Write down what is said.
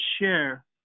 share